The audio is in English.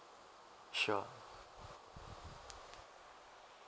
sure